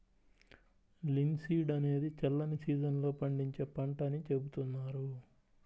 linseed అనేది చల్లని season లో పండించే పంట అని చెబుతున్నారు